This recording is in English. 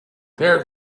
there